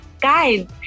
guys